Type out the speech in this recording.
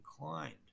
inclined